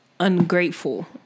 ungrateful